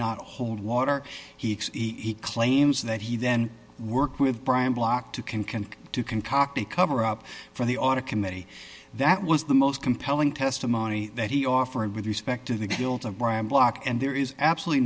not hold water he claims that he then worked with brian block to can can to concoct a cover up for the audit committee that was the most compelling testimony that he offered with respect to the guilt of brian block and there is absolutely